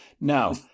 now